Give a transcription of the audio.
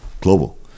global